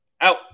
Out